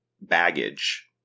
baggage